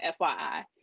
FYI